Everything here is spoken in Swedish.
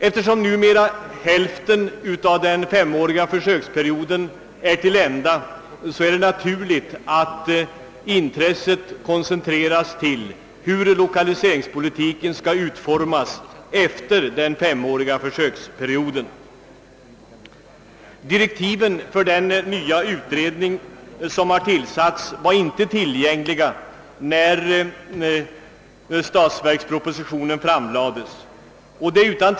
Eftersom numera hälften av den femåriga försöksperioden är till ända, är det naturligt att intresset koncentreras till hur lokaliseringspolitiken skall utformas efter försöksperiodens slut. Direktiven för den nya utredningen som har tillsatts var inte tillgängliga när statsverkspropositionen framlades.